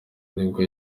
nibwo